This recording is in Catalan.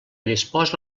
disposa